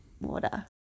water